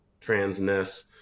transness